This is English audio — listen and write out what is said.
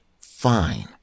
fine